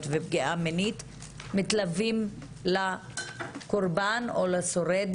ופגיעה מינית מלוות את הקורבן או את השורד